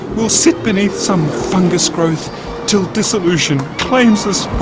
we'll sit beneath some fungus growth till dissolution claims us